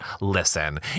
Listen